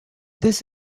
this